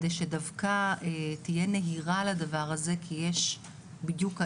כדי שדווקא תהיה נהירה לדבר הזה כי יש בדיוק ההיפך,